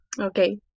Okay